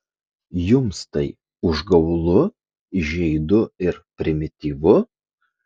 jums tai užgaulu įžeidu ir primityvu